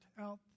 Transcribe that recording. out